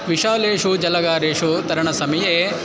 विशालेषु जलागारेषु तरणसमये